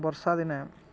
ବର୍ଷା ଦିନେ